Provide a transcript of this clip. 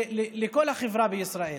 לכל החברה בישראל.